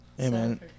Amen